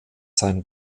sein